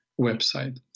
website